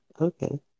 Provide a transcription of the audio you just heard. Okay